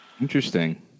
Interesting